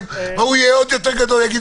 אלה שעדיין מצליחים לדבר כי אחרים